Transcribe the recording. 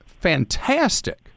fantastic